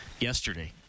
yesterday